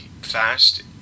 fast